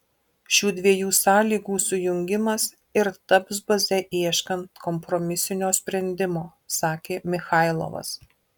šių dviejų sąlygų sujungimas ir taps baze ieškant kompromisinio sprendimo sakė michailovas